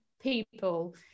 people